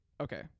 Okay